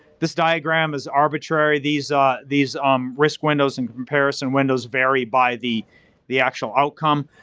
this diagram is arbitrary, these ah these risk windows and comparison windows vary by the the actual outcome.